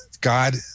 God